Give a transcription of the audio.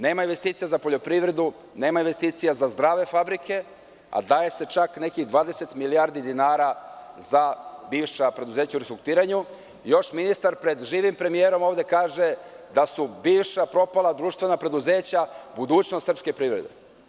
Nema investicija za poljoprivredu, nema investicija za zdrave fabrike, a daje se ček nekih 20 milijardi dinara za bivša preduzeća u restrukturiranju, još ministar pred živim premijerom ovde kaže da su bivša propala društvena preduzeća budućnost srpske privrede.